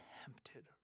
tempted